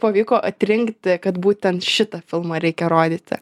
pavyko atrinkti kad būtent šitą filmą reikia rodyti